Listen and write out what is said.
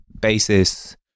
basis